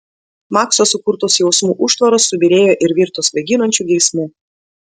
makso sukurtos jausmų užtvaros subyrėjo ir virto svaiginančiu geismu